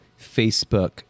Facebook